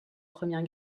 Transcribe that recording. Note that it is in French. première